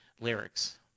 lyrics